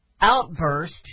outburst